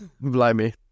Blimey